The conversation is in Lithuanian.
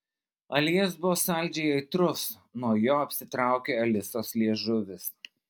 aliejus buvo saldžiai aitrus nuo jo apsitraukė alisos liežuvis